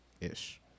ish